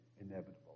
inevitable